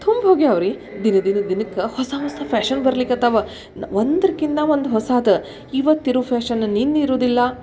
ತುಂಬಿ ಹೋಗ್ಯಾವೆ ರೀ ದಿನ ದಿನ ದಿನಕ್ಕೆ ಹೊಸ ಹೊಸ ಫ್ಯಾಷನ್ ಬರ್ಲಿಕ್ಕತ್ತಾವ ನ ಒಂದಕ್ಕಿಂತ ಒಂದು ಹೊಸಾದು ಇವತ್ತು ಇರೋ ಫ್ಯಾಷನ್ ನಿನ್ನೆ ಇರುವುದಿಲ್ಲ